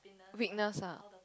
weakness ah